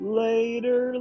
later